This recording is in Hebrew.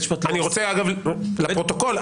לפרוטוקול,